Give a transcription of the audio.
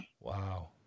Wow